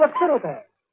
ah tell this